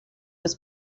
was